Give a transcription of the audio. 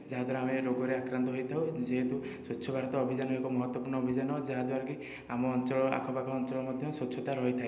ଯାହାଦ୍ୱାରା ଆମେ ଏ ରୋଗରେ ଆକ୍ରାନ୍ତ ହୋଇଥାଉ ଯେହେତୁ ସ୍ୱଚ୍ଛ ଭାରତ ଅଭିଯାନ ଏକ ମହତ୍ତ୍ଵପୂର୍ଣ୍ଣ ଅଭିଯାନ ଯାହାଦ୍ୱାରାକି ଆମ ଅଞ୍ଚଳ ଆଖପାଖ ଅଞ୍ଚଳ ମଧ୍ୟ ସ୍ୱଚ୍ଛତା ରହିଥାଏ